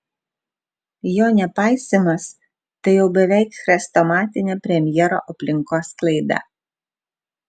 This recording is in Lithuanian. jo nepaisymas tai jau beveik chrestomatinė premjero aplinkos klaida